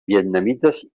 vietnamites